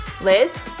Liz